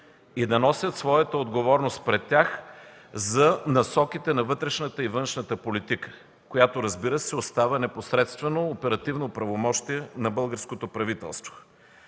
и да носят своята отговорност пред тях за насоките на вътрешната и на външната политика, която, разбира се, остава непосредствено оперативно правомощие на българското правителство.